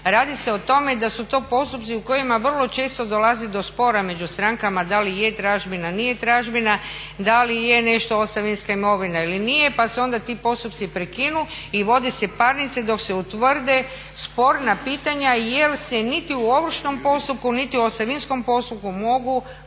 Radi se o tome da su to postupci u kojima vrlo često dolazi do spora među strankama da li je tražbina, nije tražbina, da li je nešto ostavinska imovina ili nije pa se onda ti postupci prekinu i vode se parnice dok se utvrde sporna pitanja jel se niti u ovršnom postupku niti u ostavinskom postupku mogu